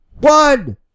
One